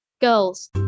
girls